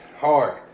hard